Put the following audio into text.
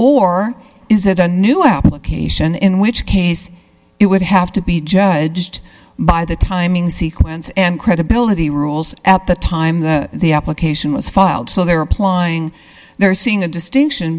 or is that a new application in which case it would have to be judged by the timing sequence and credibility rules at the time the the application was filed so they're applying they're seeing a distinction